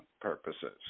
purposes